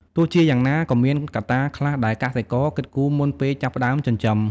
ទោះជាយ៉ាងណា ក៏មានកត្តាខ្លះដែលកសិករគិតគូរមុនពេលចាប់ផ្ដើមចិញ្ចឹម។